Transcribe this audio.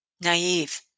naive